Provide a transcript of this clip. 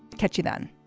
catch you then